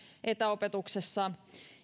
etäopetuksessa